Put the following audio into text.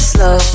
Slow